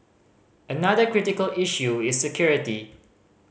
another critical issue is security